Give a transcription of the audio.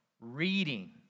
Reading